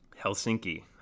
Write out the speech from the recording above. Helsinki